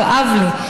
כאב לי,